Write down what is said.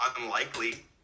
Unlikely